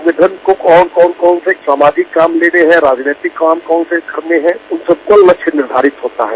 संगठन की ओर कौन कौन से सामाजिक काम देने है राजनैतिक काम कौन कौन से करने है उन सबका लक्ष्य निर्धारित होता है